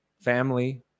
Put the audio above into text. family